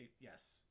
yes